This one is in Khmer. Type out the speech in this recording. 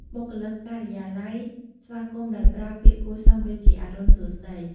បុគ្គលិក ការិយាល័យ ស្វាគមន៍ដោយប្រើ ពាក្យគួរសមដូចជា “អរុណសួស្តី”។